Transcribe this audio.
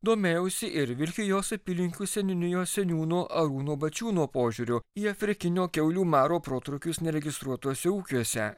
domėjausi ir vilkijos apylinkių seniūnijos seniūno arūno bačiūno požiūriu į afrikinio kiaulių maro protrūkius neregistruotuose ūkiuose